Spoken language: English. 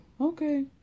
okay